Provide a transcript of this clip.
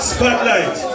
Spotlight